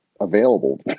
available